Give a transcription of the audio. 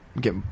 get